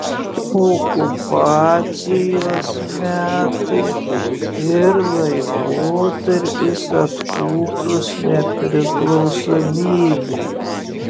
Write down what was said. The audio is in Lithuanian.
okupacijos metai ir laikotarpis atkūrus nepriklausomybę